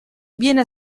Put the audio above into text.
viene